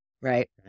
right